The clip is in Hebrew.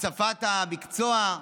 הצפת המקצוע,